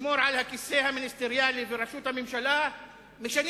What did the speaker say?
ולשמור על הכיסא המיניסטריאלי וראשות הממשלה משנים